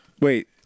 Wait